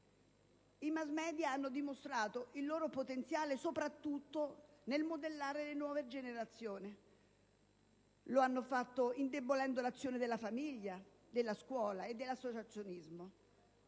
I *mass media* hanno dimostrato il loro potenziale soprattutto nel modellare le nuove generazioni. Lo hanno fatto indebolendo l'azione della famiglia, della scuola e dell'associazionismo.